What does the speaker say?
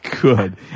good